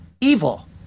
evil